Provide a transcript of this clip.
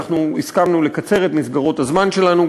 הסכמנו לקצר את מסגרות הזמן שלנו,